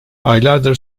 aylardır